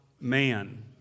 man